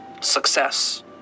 success